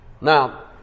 Now